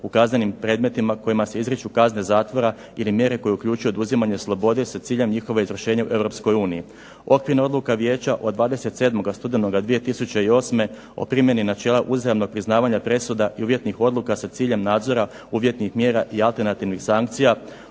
u kaznenim predmetima kojima se izriču kazne zatvora ili mjere koje uključuju oduzimanje slobode sa ciljem njihova izvršenja u Europskoj uniji, Okvirna odluka Vijeća od 27. studenoga 2008. o primjeni načela uzajamnog priznavanja presuda i uvjetnih odluka sa ciljem nadzora uvjetnih mjera i alternativnih sankcija,